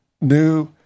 new